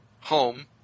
home